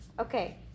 Okay